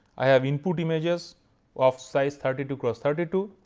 i have input images of size thirty two cross thirty two.